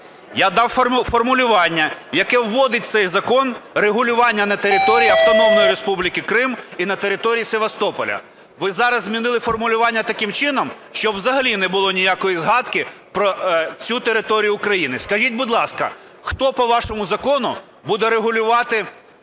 Я дав формулювання, яке вводить у цей закон регулювання на території Автономної Республіки Крим і на території Севастополя. Ви зараз змінили формулювання таким чином, щоб взагалі не було ніякої згадки про цю територію України. Скажіть, будь ласка, хто по вашому закону буде регулювати